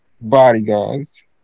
bodyguards